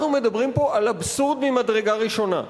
אנחנו מדברים פה על אבסורד ממדרגה ראשונה,